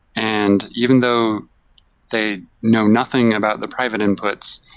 and even though they know nothing about the private inputs,